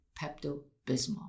Pepto-Bismol